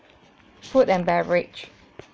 food and beverage